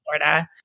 Florida